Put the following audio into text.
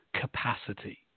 capacity